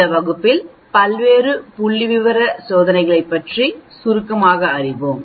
இந்த வகுப்பில் பல்வேறு புள்ளிவிவர சோதனைகளைப் பற்றி சுருக்கமாக அறிவோம்